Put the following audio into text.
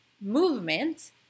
movement